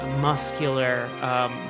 muscular